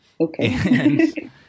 okay